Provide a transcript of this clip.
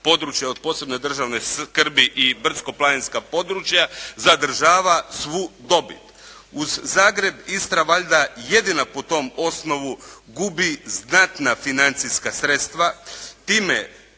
područja od posebne državne skrbi i brdsko-planinska područja zadržava svu dobit. Uz Zagreb Istra valjda jedina po tom osnovu gubi znatna financijska sredstva s time